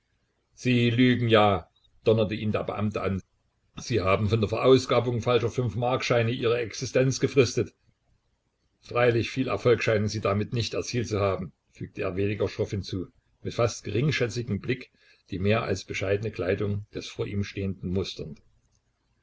sie lügen ja donnerte ihn der beamte an sie haben von der verausgabung falscher fünfmarkscheine ihre existenz gefristet freilich viel erfolg scheinen sie damit nicht erzielt zu haben fügte er weniger schroff hinzu mit fast geringschätzigem blick die mehr als bescheidene kleidung des vor ihm stehenden musternd